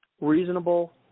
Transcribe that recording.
reasonable